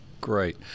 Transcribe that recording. great